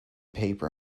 paper